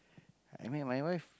I met my wife